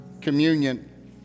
communion